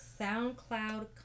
SoundCloud